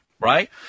right